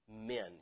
men